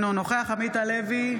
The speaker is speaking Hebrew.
אינו נוכח עמית הלוי,